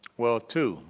well, two.